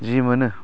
जि मोनो